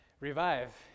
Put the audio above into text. Revive